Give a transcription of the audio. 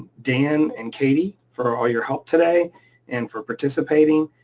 dan and katie, for all your help today and for participating.